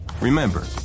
Remember